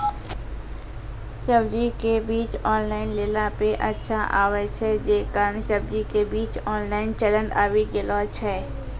सब्जी के बीज ऑनलाइन लेला पे अच्छा आवे छै, जे कारण सब्जी के बीज ऑनलाइन चलन आवी गेलौ छै?